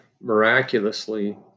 miraculously